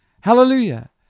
Hallelujah